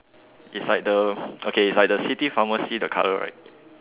is like the okay it's like the city pharmacy the colour right